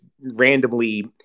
randomly